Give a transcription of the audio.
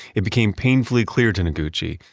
it became painfully clear to noguchi,